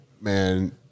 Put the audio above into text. man